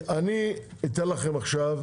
אני אתן לכם עכשיו,